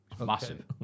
Massive